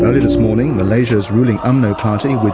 this morning malaysia's ruling umno party